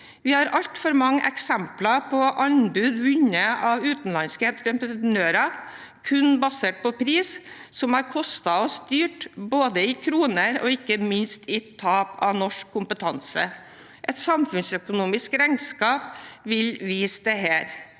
Vi har altfor mange eksempler på anbud vunnet av utenlandske entreprenører kun basert på pris, noe som har kostet oss dyrt både i kroner og ikke minst i tap av norsk kompetanse. Et samfunnsøkonomisk regnskap vil vise dette.